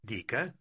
Dica